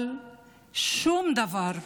אבל שום דבר,